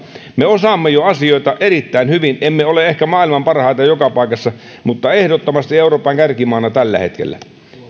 me osaamme jo asioita erittäin hyvin emme ole ehkä maailman parhaita joka paikassa mutta ehdottomasti euroopan kärkimaana tällä hetkellä